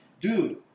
dude